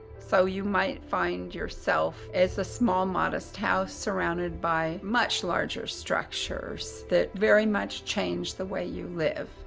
so you might find yourself as a small modest house surrounded by much larger structures that very much change the way you live